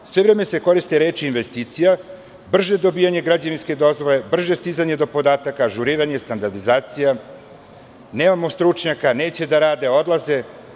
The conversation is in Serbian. Sve vreme se koriste reči – investicija, brže dobijanje građevinske dozvole, brže stizanje do podataka, ažuriranje, standardizacija, nemamo stručnjake, neće da rade, odlaze.